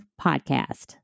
podcast